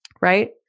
Right